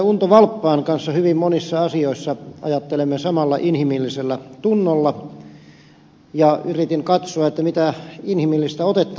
unto valppaan kanssa hyvin monissa asioissa ajattelemme samalla inhimillisellä tunnolla ja yritin katsoa mitä inhimillistä otetta ed